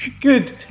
good